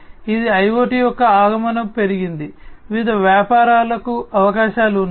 ఇది IoT యొక్క ఆగమనం పెరిగింది వివిధ వ్యాపారాలకు అవకాశాలు ఉన్నాయి